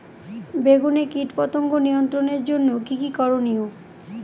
বেগুনে কীটপতঙ্গ নিয়ন্ত্রণের জন্য কি কী করনীয়?